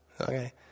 okay